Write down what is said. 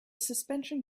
suspension